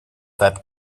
that